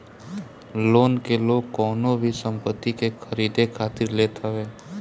loan के लोग कवनो भी संपत्ति के खरीदे खातिर लेत हवे